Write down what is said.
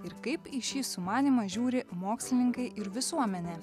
ir kaip į šį sumanymą žiūri mokslininkai ir visuomenė